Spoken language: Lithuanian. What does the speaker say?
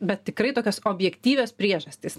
bet tikrai tokios objektyvios priežastys